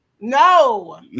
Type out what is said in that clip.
No